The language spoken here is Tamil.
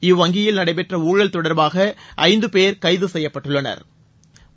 இவ்வங்கியில் நடைபெற்ற ஊழல் தொடர்பாக ஐந்து பேர் கைது செய்யப்பட்டுள்ளனா்